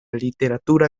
literatura